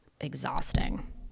exhausting